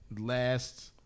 last